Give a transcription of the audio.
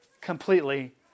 completely